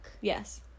Yes